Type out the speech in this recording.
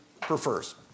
prefers